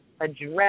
address